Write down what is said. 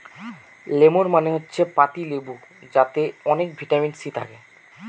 lemon মানে হচ্ছে পাতি লেবু যাতে অনেক ভিটামিন সি থাকে